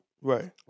Right